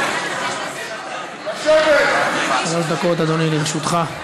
חמש דקות, אדוני, לרשותך.